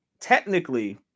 technically